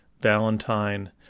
Valentine